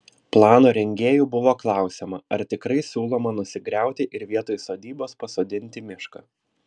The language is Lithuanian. plano rengėjų buvo klausiama ar tikrai siūloma nusigriauti ir vietoj sodybos pasodinti mišką